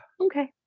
okay